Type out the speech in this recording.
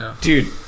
Dude